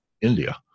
India